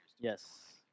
Yes